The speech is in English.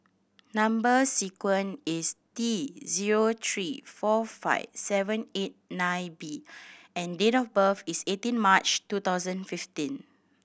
number sequence is T zero three four five seven eight nine B and date of birth is eighteen March two thousand fifteen